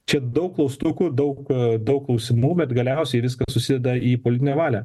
čia daug klaustukų daug daug klausimų bet galiausiai viskas susideda į politinę valią